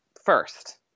first